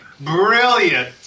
brilliant